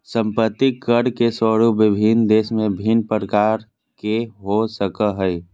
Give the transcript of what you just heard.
संपत्ति कर के स्वरूप विभिन्न देश में भिन्न प्रकार के हो सको हइ